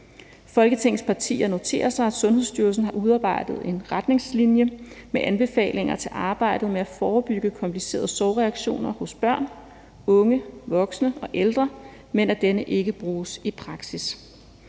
Folketingets partier noterer sig, at Sundhedsstyrelsen har udarbejdet en retningslinje med anbefalinger til arbejdet med at forebygge komplicerede sorgreaktioner hos børn, unge, voksne og ældre, men at denne ikke bruges i praksis.